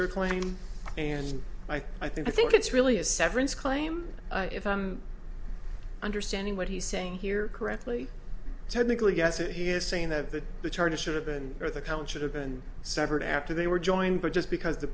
your claim and i think i think it's really a severance claim if i'm understanding what he's saying here correctly technically yes and he is saying that the the charges should have been there the count should have been severed after they were joined but just because the